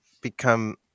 become